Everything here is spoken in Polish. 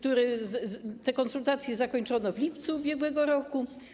Te konsultacje zakończono w lipcu ubiegłego roku.